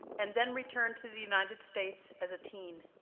and then returned to the united states as a teen.